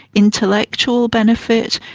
intellectual benefit,